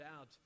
out